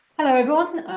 hello everyone,